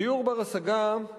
דיור בר-השגה,